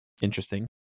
interesting